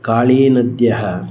कालीनद्याः